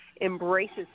embraces